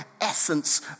essence